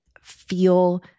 feel